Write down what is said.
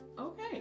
okay